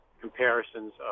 comparisons